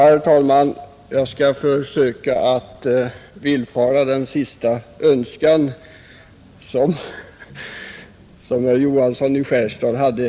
Herr talman! Jag skall försöka att villfara den önskan som herr Johansson i Skärstad antydde.